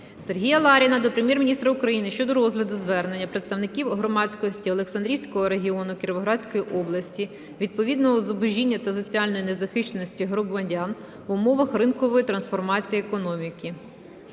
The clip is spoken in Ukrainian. Сергія Ларіна до Прем'єр-міністра України щодо розгляду звернення представників громадськості Олександрійського регіону Кіровоградської області відносно зубожіння та соціальної незахищеності громадян в умовах ринкової трансформації економіки.